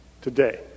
Today